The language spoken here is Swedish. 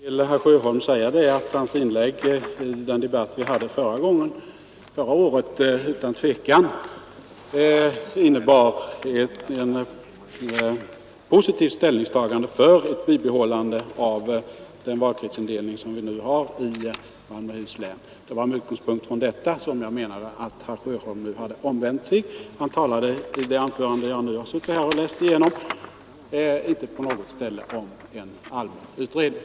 Herr talman! Jag vill till herr Sjöholm äga att hans inlägg i förra årets debatt utan tvivel innebar ett positivt ställningstagande till ett bibehållande av den valkretsindelning vi nu har i Malmöhus län. Det var med denna utgångspunkt som jag menade att Sjöholm nu hade blivit omvänd. I sitt anförande från förra året, som jag nu suttit här och läst igenom, talade han inte på något ställe om en allmän utredning.